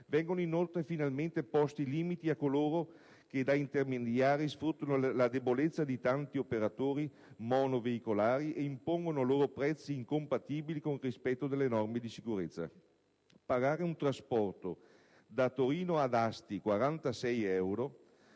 Vengono, inoltre, finalmente posti limiti a coloro che da intermediari sfruttano la debolezza di tanti operatori monoveicolari ed impongono loro prezzi incompatibili con il rispetto delle norme sulla sicurezza.